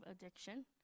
addiction